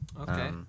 Okay